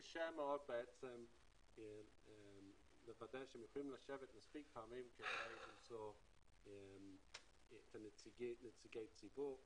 קשה מאוד לוודא שהם יכולים לשבת מספיק פעמים כדי למצוא נציגי ציבור.